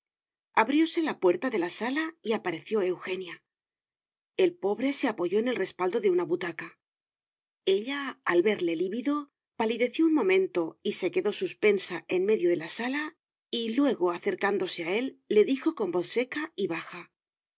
abrióse la puerta de la sala y apareció eugenia el pobre se apoyó en el respaldo de una butaca ella al verle lívido palideció un momento y se quedó suspensa en medio de la sala y luego acercándose a él le dijo con voz seca y baja